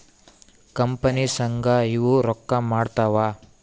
company ಸಂಘ ಇವು ರೊಕ್ಕ ಮಾಡ್ತಾವ